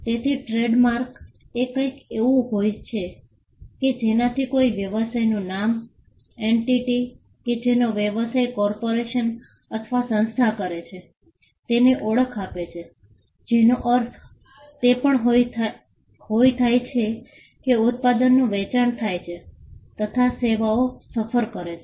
તેથી ટ્રેડમાર્ક એ કંઈક એવું હોઈ છે કે જેનાથી કોઈ વ્યવસાયનું નામ એન્ટિટી કે જેનો વ્યવસાય કોર્પોરેશન અથવા સંસ્થા કરે છે તેની ઓળખ આપે છે જેનો અર્થ તે પણ હોઈ થાય છે કે ઉત્પાદનનું વેચાણ થાય છે તથા સેવાઓ સફર કરે છે